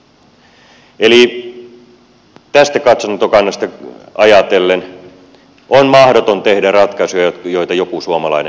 eli tästä katsantokannasta ajatellen on mahdoton tehdä ratkaisuja joita joku suomalainen ei maksaisi